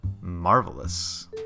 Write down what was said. Marvelous